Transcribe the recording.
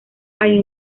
hay